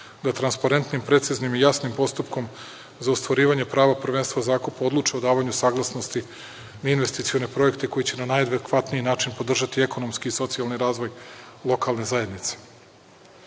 da transparentnim, preciznim i jasnim postupkom za ostvarivanje prava prvenstva zakupa odluče o davanju saglasnosti na investicione projekte koji će na najadekvatniji način podržati ekonomski i socijalni razvoj lokalne zajednice. Otvaranje